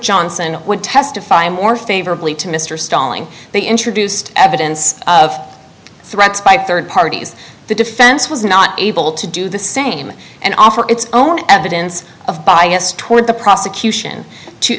johnson would testify more favorably to mr sterling they introduced evidence of threats by third parties the defense was not able to do the same and offer its own evidence of bias toward the pro